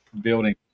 building